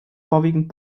vorwiegend